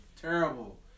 Terrible